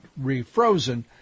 refrozen